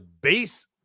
base